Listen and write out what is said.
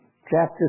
chapter